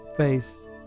Face